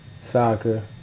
soccer